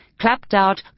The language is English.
clapped-out